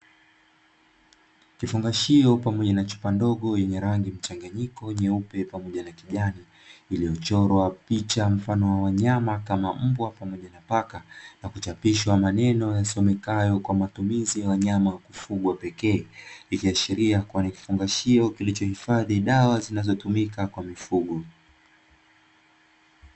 Kifungashio pamoja na chupa ndogo yenye rangi chenye mchanganyiko wa rangi nyeupe na kijani iliyochorwa picha yambwa na paka kimechapishwa maneno yasomekayo kwa matumizi ya wanyama pekee ikiashiria kuwa ni kifungashio kilicho hifadhi dawa inayotumika kwajili ya mifugo.